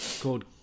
called